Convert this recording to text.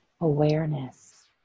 Awareness